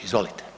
Izvolite.